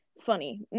funny